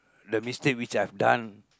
the mistake which I've done